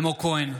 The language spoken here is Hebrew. אלמוג כהן,